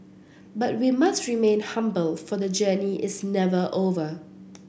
but we must remain humble for the journey is never over